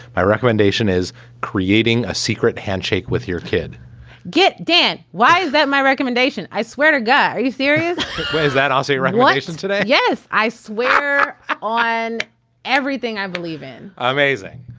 my recommendation is creating a secret handshake with your kid get dan. why is that my recommendation? i swear to god. are you serious? is that also right? why is this today? yes. i swear on everything i believe in amazing.